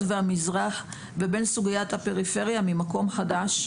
והמזרח לבין סוגיית הפריפריה ממקום חדש.